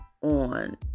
on